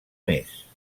més